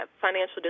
financial